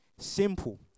Simple